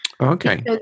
Okay